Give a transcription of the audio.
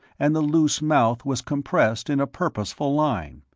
and the loose mouth was compressed in a purposeful line.